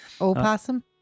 O-possum